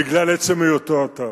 בגלל עצם היותו אתר.